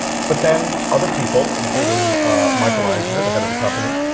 but then other people, including michael eisner, the head of the company,